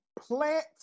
plant